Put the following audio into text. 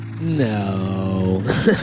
No